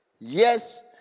Yes